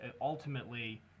ultimately